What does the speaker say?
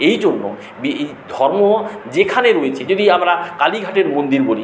এই জন্য এই ধর্ম যেখানে রয়েছে যদি আমরা কালীঘাটের মন্দির বলি